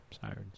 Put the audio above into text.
Sirens